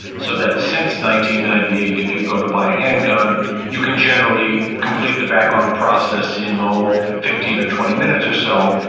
so that since ninety ninety eight if you go to buy a handgun you can generally complete the background process in you know fifteen or twenty minutes or so,